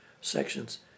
sections